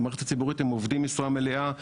במערכת הציבורית הם עובדים במשרה מלאה,